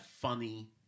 funny